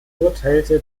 urteilte